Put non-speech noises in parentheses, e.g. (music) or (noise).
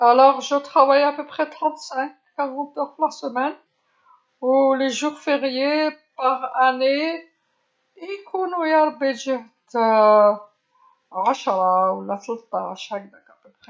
إذن أعمل تقريبا خمسا وثلاثين، أربعين ساعة في الأسبوع، و (hesitation) أيام الأعيادفي السنة يكونو يا ربي جيهة (hesitation) عشره ولا تلاطاعش هكداك تقريبا.